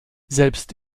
selbst